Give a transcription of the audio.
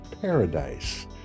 paradise